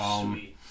Sweet